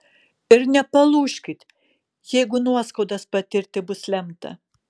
ir nepalūžkit jeigu nuoskaudas patirti bus lemta